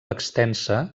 extensa